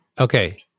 Okay